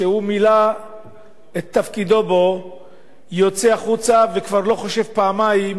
שהוא מילא את תפקידו בו יוצא החוצה וכבר לא חושב פעמיים